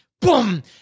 Boom